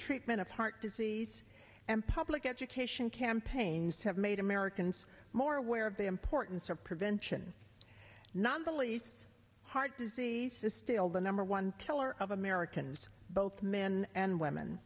treatment of heart disease and public education campaigns have made americans more aware of the importance of prevention not the least heart disease is still the number one killer of americans both men and women